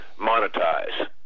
monetize